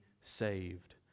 saved